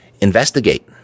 investigate